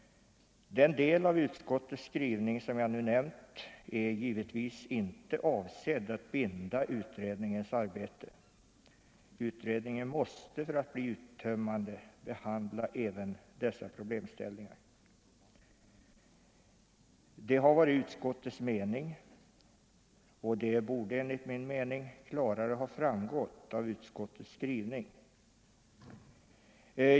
Den del av utskottets skrivning som jag nu nämnt är givetvis inte avsedd att binda utredningens arbete. Utredningen måste för att bli uttömmande behandla även dessa problemställningar. Det har varit utskottets mening och det borde enligt min uppfattning klarare ha framgått av utskottets skrivning.